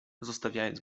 zostawiając